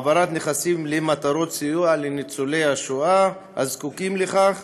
העברת נכסים למטרות סיוע לניצולי השואה הזקוקים לכך